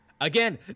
again